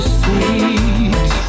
sweet